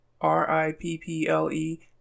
R-I-P-P-L-E